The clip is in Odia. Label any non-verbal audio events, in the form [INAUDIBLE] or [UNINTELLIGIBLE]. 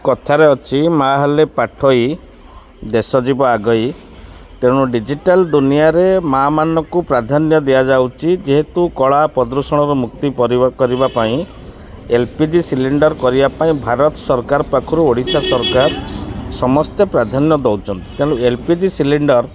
କଥାରେ ଅଛି ମାଆ ହେଲେ ପାଠୋଇ ଦେଶ ଯିବ ଆଗେଇ ତେଣୁ ଡିଜିଟାଲ୍ ଦୁନିଆରେ ମାଆମାନଙ୍କୁ ପ୍ରାଧାନ୍ୟ ଦିଆଯାଉଛି ଯେହେତୁ କଳା [UNINTELLIGIBLE] ମୁକ୍ତି ପରିବା କରିବା ପାଇଁ ଏଲ୍ପିଜି ସିଲିଣ୍ଡର୍ କରିବା ପାଇଁ ଭାରତ ସରକାର ପାଖରୁ ଓଡ଼ିଶା ସରକାର ସମସ୍ତେ ପ୍ରାଧାନ୍ୟ ଦେଉଛନ୍ତି ତେଣୁ ଏଲ୍ପିଜି ସିଲିଣ୍ଡର୍